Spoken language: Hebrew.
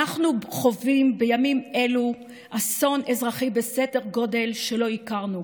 אנחנו חווים בימים אלו אסון אזרחי בסדר גודל שלא הכרנו.